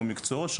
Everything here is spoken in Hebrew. או מקצועות,